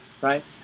right